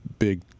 Big